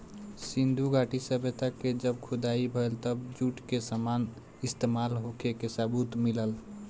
सिंधु घाटी के सभ्यता के जब खुदाई भईल तब जूट के सामान इस्तमाल होखे के सबूत मिलल